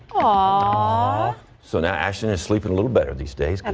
ah so and action is sleeping a little better these days, and